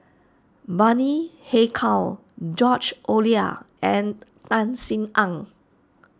Bani Haykal George Oehlers and Tan Sin Aun